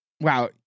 wow